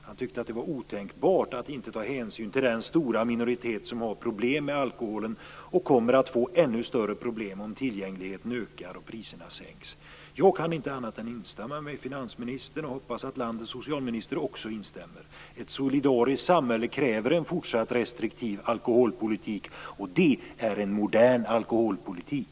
Han tyckte att det var otänkbart att inte ta hänsyn till den stora minoritet som har problem med alkoholen och kommer att få ännu större problem om tillgängligheten ökar och priserna sänks. Jag kan inte annat än instämma med finansministern och hoppas att landets socialminister också instämmer. Ett solidariskt samhälle kräver en fortsatt restriktiv alkoholpolitik, och det är en modern alkoholpolitik.